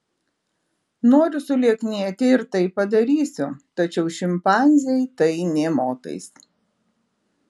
noriu sulieknėti ir tai padarysiu tačiau šimpanzei tai nė motais